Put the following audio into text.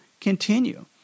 continue